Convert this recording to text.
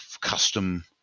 custom